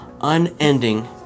unending